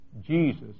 Jesus